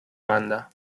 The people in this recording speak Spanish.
banda